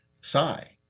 sigh